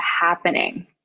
happening